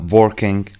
working